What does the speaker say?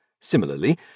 Similarly